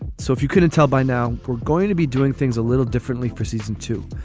so if you couldn't tell by now we're going to be doing things a little differently for season two.